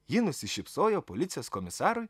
ji nusišypsojo policijos komisarui